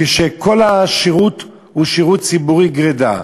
כשכל השירות הוא שירות ציבורי גרידא.